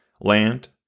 land